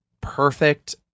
perfect